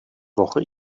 woche